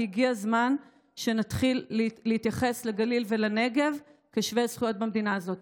כי הגיע הזמן שנתחיל להתייחס לגליל ולנגב כאל שווי זכויות במדינה הזאת.